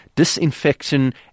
Disinfection